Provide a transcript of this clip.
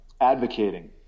advocating